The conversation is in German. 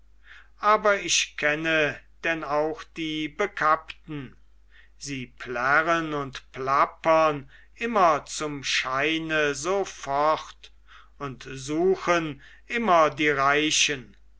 aber ich kenne denn auch die bekappten sie plärren und plappern immer zum scheine so fort und suchen immer die reichen